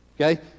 okay